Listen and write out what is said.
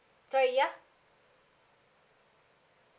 sorry yeah